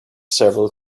several